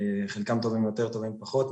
חלקם טובים יותר, טובים פחות.